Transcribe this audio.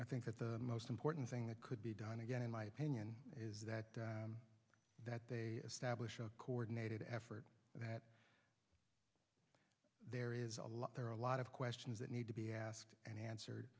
i think that the most important thing that could be done again in my opinion is that that they establish a coordinated effort that there is a lot there are a lot of questions that need to be asked and answered